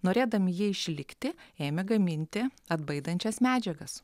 norėdami jie išlikti ėmė gaminti atbaidančias medžiagas